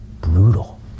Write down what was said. brutal